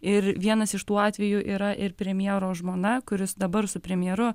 ir vienas iš tų atvejų yra ir premjero žmona kuris dabar su premjeru